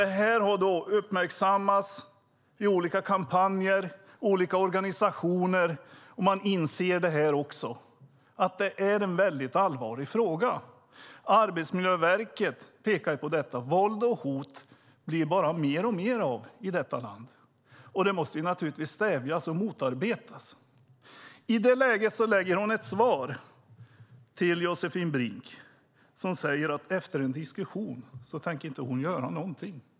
Detta har uppmärksammats i olika kampanjer och av olika organisationer. Man inser att detta är en väldigt allvarlig fråga. Arbetsmiljöverket pekar på detta. Våld och hot blir det bara mer och mer av i detta land. Det måste naturligtvis stävjas och motarbetas. I det läget skriver arbetsmarknadsministern i svaret till Josefin Brink att hon efter en diskussion inte tänker göra någonting.